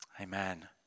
Amen